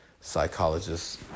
psychologists